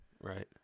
Right